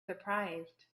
surprised